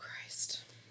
Christ